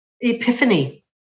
epiphany